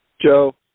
Joe